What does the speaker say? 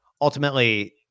ultimately